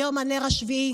היום הנר השביעי